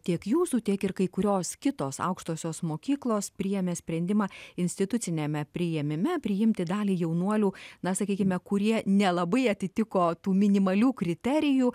tiek jūsų tiek ir kai kurios kitos aukštosios mokyklos priėmė sprendimą instituciniame priėmime priimti dalį jaunuolių na sakykime kurie nelabai atitiko tų minimalių kriterijų